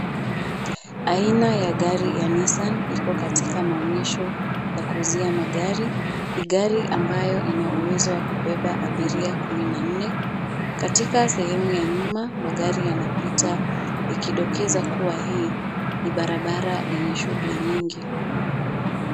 Aina ya gari ya Nissan iko katika maonyesho ya kuuzia magari. Ni gari ambayo ina uwezo wa kubeba abiria kumi na nne. Katika sehemu ya nyuma magari yanapita ikidokeza kuwa hii ni barabara yenye shughuli nyingi.